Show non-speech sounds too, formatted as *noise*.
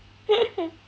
*laughs*